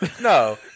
no